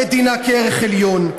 המדינה כערך עליון,